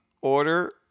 Order